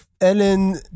Ellen